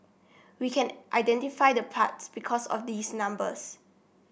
we can identify the parts because of these numbers